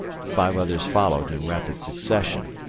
five others followed in rapid succession,